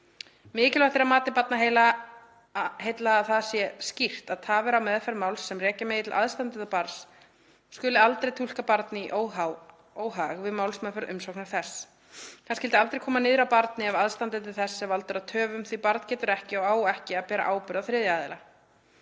Mikilvægt er að mati Barnaheilla að það sé skýrt að tafir á meðferð máls sem rekja megi til aðstandenda barns skuli aldrei túlka barni í óhag við málsmeðferð umsóknar þess, það skyldi aldrei koma niðri á barni ef aðstandandi þess er valdur að töfum því barn að getur ekki og á ekki að bera ábyrgð á þriðja aðila.